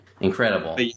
Incredible